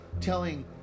telling